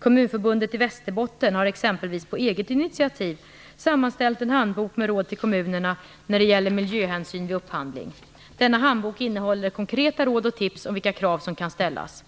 Kommunförbundet i Västerbotten har exempelvis på eget initiativ sammanställt en handbok med råd till kommunerna när det gäller miljöhänsyn vid upphandling. Denna handbok innehåller konkreta råd och tips om vilka krav som kan ställas.